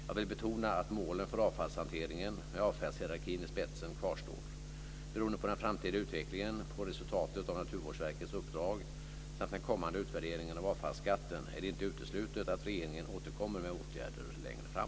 Jag vill betona att målen för avfallshanteringen, med avfallshierarkin i spetsen, kvarstår. Beroende på den framtida utvecklingen, på resultatet av Naturvårdsverkets uppdrag samt den kommande utvärderingen av avfallsskatten är det inte uteslutet att regeringen återkommer med åtgärder längre fram.